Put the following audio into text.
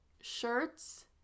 shirts